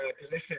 position